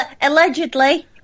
allegedly